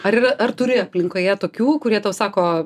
ar yra ar turi aplinkoje tokių kurie tau sako